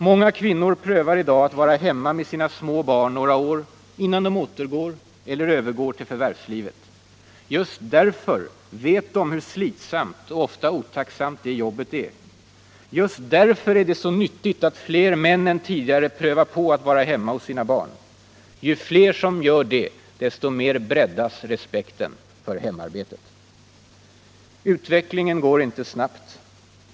Många kvinnor prövar i dag ätt vara hemma med sina små barn några år innan de återgår — eller övergår — till förvärvslivet. Just därför vet de hur slitsamt och ofta otacksamt det jobbet är. Just därför är det så nyttigt att fler män än tidigare prövar på att vara hemma hos sina barn. Ju fler som gör det, desto mer breddas respekten för hemarbetet. Utvecklingen går inte snabbt.